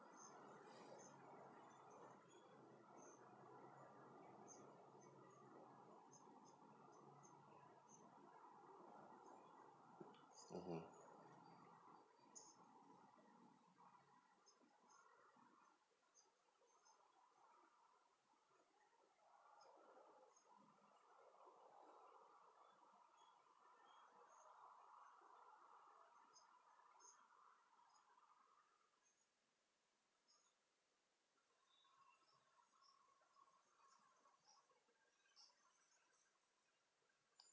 mm mm